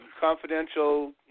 confidential